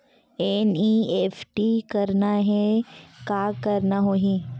NEFT करना हे का करना होही?